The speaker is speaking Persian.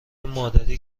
مادری